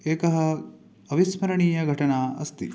एकः अविस्मरणीयघटना अस्ति